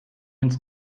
ins